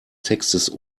textes